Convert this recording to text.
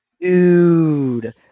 dude